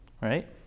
right